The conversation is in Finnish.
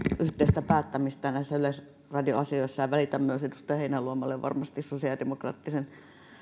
yhteistä päättämistä näissä yleisradio asioissa ja välitän myös edustaja heinäluomalle varmasti sosiaalidemokraattisen